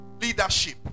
leadership